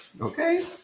Okay